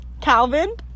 Calvin